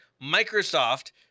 Microsoft